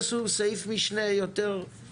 אחרי זה עשו סעיף משנה יותר מדויק,